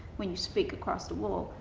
when you speak across the world,